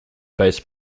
based